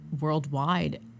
worldwide